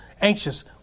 anxious